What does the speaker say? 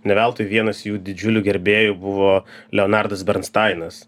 ne veltui vienas jų didžiulių gerbėjų buvo leonardas bernstainas